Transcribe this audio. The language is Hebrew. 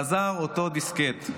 חזר אותו דיסקט: